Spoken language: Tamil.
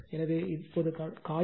எனவே இப்போது காயிலின் Q 31